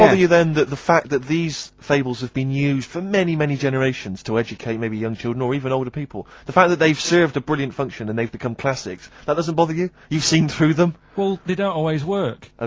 you then that the fact that these fables have been used for many many generations, to educate maybe young children, or even older people. the fact that they've served a brilliant function and they've become classics, that doesn't bother you? you've seen through them? karl well, they don't always work! ah